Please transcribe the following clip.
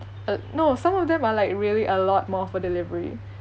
uh no some of them are like really a lot more for delivery